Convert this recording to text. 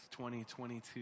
2022